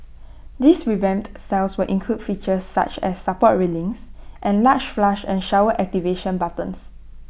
these revamped cells will include features such as support railings and large flush and shower activation buttons